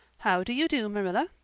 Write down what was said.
how do you do, marilla?